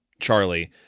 Charlie